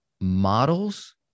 models